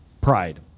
pride